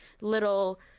little